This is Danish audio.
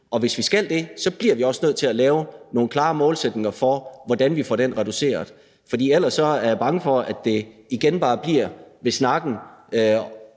Og hvis vi skal det, bliver vi også nødt til at lave nogle klare målsætninger for, hvordan vi får den reduceret, for ellers er jeg bange for, at det igen bare bliver ved snakken.